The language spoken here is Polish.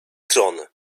tron